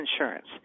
insurance